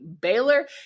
Baylor